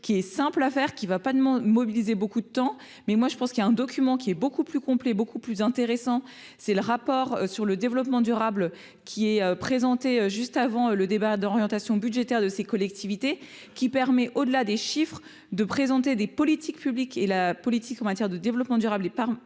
qui est simple à faire, qui va pas mobilisé beaucoup de temps, mais moi je pense qu'il y a un document qui est beaucoup plus complet, beaucoup plus intéressant, c'est le rapport sur le développement durable, qui est présenté juste avant le débat d'orientation budgétaire de ces collectivités qui permet, au-delà des chiffres, de présenter des politiques publiques et la politique en matière de développement durable est par